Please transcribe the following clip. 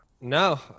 no